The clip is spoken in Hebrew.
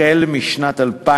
החל בשנת 2032,